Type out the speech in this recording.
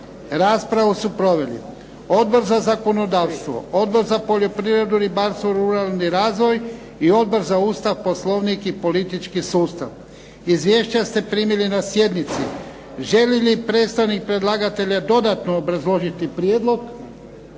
Raspravu su proveli Odbor za zakonodavstvo, Odbor za poljoprivredu, ribarstvo, ruralni razvoj i Odbor za Ustav, poslovnik i politički sustav. Izvješća ste primili na sjednici. Želi li predstavnik predlagatelja dodatno obrazložiti prijedlog?